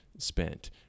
spent